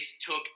took